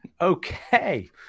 Okay